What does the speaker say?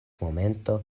momento